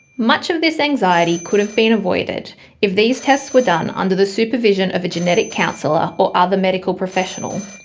much of this anxiety could have been avoided if these tests were done under the supervision of a genetic councillor or other medical professional,